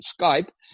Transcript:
Skype